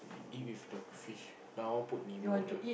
eat with the fish now I want put Nemo there